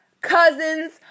cousins